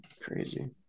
crazy